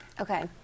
Okay